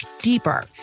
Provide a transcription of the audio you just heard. deeper